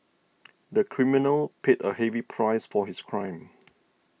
the criminal paid a heavy price for his crime